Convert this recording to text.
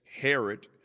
Herod